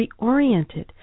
reoriented